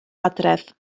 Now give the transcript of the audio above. adref